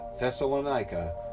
Thessalonica